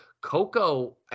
Coco